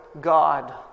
God